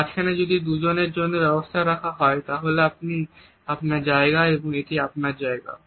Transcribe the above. মাঝখানে যদি এটি দুজনের জন্য ব্যবস্থা হয় তাহলে এটি আপনার জায়গা আর এটি আমার জায়গা